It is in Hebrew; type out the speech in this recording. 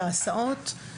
בהסעות.